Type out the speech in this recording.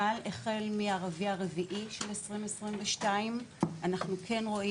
אבל החל מהרבעון הרביעי של 2022 אנחנו כן רואים